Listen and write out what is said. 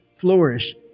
flourish